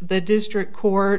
the district court